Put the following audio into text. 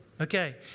okay